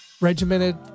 regimented